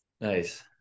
Nice